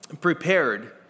prepared